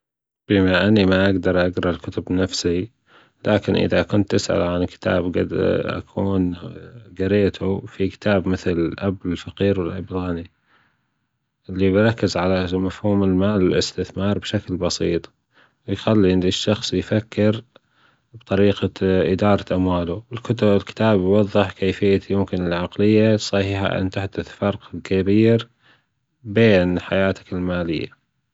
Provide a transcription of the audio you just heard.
بما أني لا أجدر اجرا الكتب بنفسي لكن إذا كنت تسأل عن كتاب ممكنأ كون جريته في كتاب مثل الأب الفجير والأب الغني اللي بيركز على مفهوم المال و الأستثمار بشكل بسيط ويخلي إن الشخص يفكر في طريجة إدارة أمواله الكت- الكتاب يوضح كيفية يمكن للعقلية الصحيحة أن تحدث فرق كبير بين حياتك المالية.